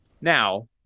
Now